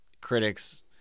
critics